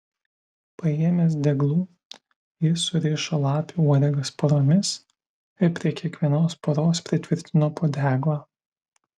paėmęs deglų jis surišo lapių uodegas poromis ir prie kiekvienos poros pritvirtino po deglą